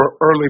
early